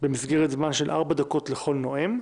במסגרת זמן של ארבע דקות לכל נואם,